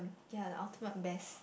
ya the ultimate best